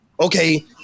okay